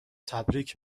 تبریک